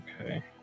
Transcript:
Okay